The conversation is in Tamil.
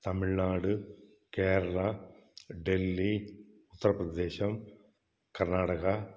தமிழ்நாடு கேரளா டெல்லி உத்திரப்பிரதேஷம் கர்நாடகா